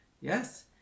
Yes